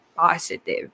positive